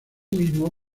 mismo